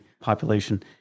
population